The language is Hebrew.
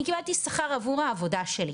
אני קיבלתי שכר עבור העבודה שלי,